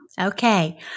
Okay